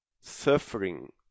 Suffering